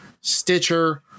Stitcher